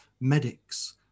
medics